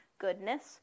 goodness